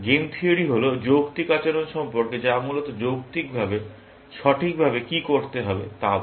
game theory হল যৌক্তিক আচরণ সম্পর্কে যা মূলত যৌক্তিকভাবে সঠিকভাবে কি করতে হবে তা বলে